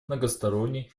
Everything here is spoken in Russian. многосторонний